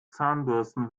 zahnbürsten